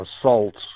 assaults